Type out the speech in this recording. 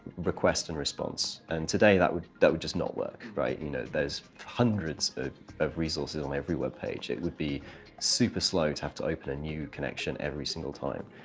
request and response. and today, that would that would just not work. right? you know, there's hundreds of resources on every web page. it would be super slow to have to open a new connection every single time.